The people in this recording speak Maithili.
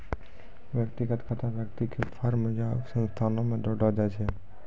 व्यक्तिगत खाता व्यक्ति के फर्म या संस्थानो से जोड़लो जाय छै